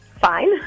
Fine